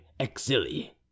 exili